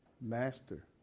master